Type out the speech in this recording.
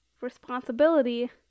responsibility